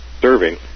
serving